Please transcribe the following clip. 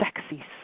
Sexy